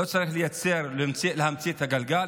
לא צריך להמציא את הגלגל.